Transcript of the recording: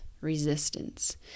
resistance